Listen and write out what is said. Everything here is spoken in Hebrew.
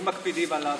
אם מקפידים עליו,